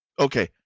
okay